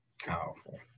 Powerful